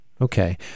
Okay